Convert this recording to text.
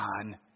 on